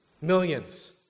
Millions